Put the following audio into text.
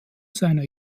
seiner